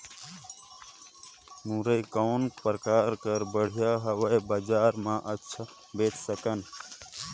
मुरई कौन प्रकार कर बढ़िया हवय? बजार मे अच्छा बेच सकन